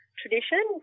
tradition